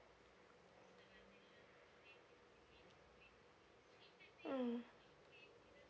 mm